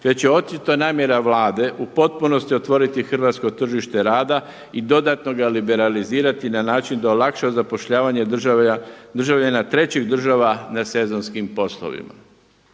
već je očito namjera Vlade u potpunosti otvoriti hrvatsko tržište rada i dodatno ga liberalizirati na način da olakša zapošljavanje državljana trećih država na sezonskim poslovima.